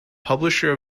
publisher